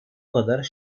kadar